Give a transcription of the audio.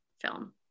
film